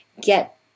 get